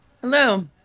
hello